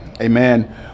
amen